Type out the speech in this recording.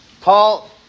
Paul